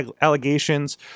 allegations